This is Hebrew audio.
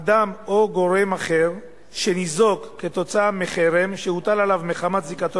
אדם או גורם אחר שניזוק מחרם שהוטל עליו מחמת זיקתו